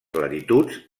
latituds